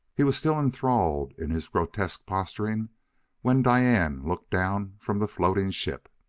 he was still enthralled in his grotesque posturing when diane looked down from the floating ship.